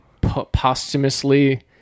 posthumously